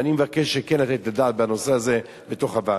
ואני מבקש לתת את הדעת בנושא הזה בוועדה.